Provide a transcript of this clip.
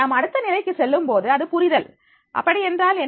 நாம் அடுத்த நிலைக்கு செல்லும்போது அது புரிதல் அப்படி என்றால் என்ன